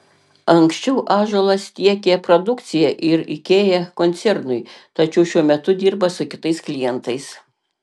anksčiau ąžuolas tiekė produkciją ir ikea koncernui tačiau šiuo metu dirba su kitais klientais